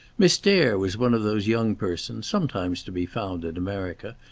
miss dare was one of those young persons, sometimes to be found in america,